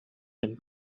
him